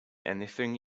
anything